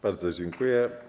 Bardzo dziękuję.